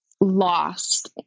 lost